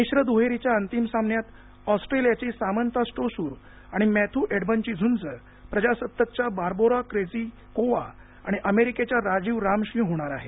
मिश्र दुहेरीच्या अंतिम सामन्यात ऑस्ट्रेलियाची सामन्था स्टोसूर आणि मॅथ्यू एबडनची झूंज प्रजासत्ताकच्या बार्बोरा क्रेझीकोवा आणि अमेरिकेच्या राजीव रामशी होणार आहे